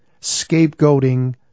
scapegoating